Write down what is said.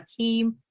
Akeem